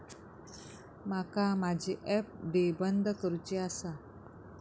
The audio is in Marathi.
माका माझी एफ.डी बंद करुची आसा